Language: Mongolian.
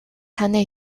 танай